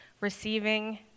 receiving